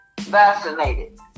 vaccinated